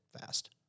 fast